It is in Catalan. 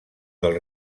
del